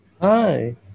Hi